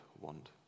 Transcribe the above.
want